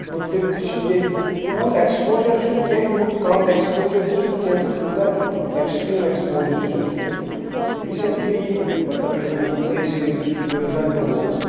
مُتلق تہِ چھِنہٕ ییٚتہِ تیوٗت اٮ۪کٕس پوجر چھُنہٕ کینٛہہ تیوٗت کم اٮ۪کٕس پوجر تہِ چھُنہٕ کینٛہہ تہٕ تیوٗتاہ مطلب اٮ۪کٕسٹریٖم اٮ۪کٕس پوجر تہِ چھُنہٕ کینٛہہ ریسینٛٹلی مطلب یُس زن یوٗ پی اٮ۪س سی رسو ہُک رزلٹہٕ اوس